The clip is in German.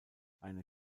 einen